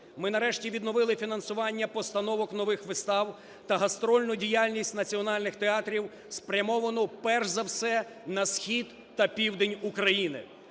Ми нарешті відновили фінансування постановок нових вистав та гастрольну діяльність національних театрів, спрямовану перш за все на схід та південь України,